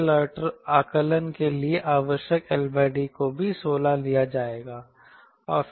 इसलिए लाइटर आकलन के लिए आवश्यक L D को भी 16 लिया जाएगा